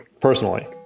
personally